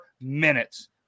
minutes